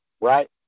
right